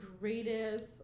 greatest